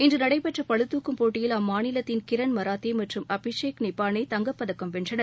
இன்று நடைபெற்ற பளுதூக்கும் போட்டியில் அம்மாநிலத்தின் கிரண் மராத்தே மற்றும் அபிஷேக் நிபானே தங்கப்பதக்கம் வென்றனர்